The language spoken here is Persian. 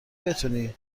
بتونی